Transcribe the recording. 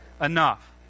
enough